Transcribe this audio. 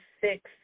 six